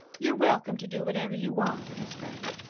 you're welcome to do whatever you want, mis' gray.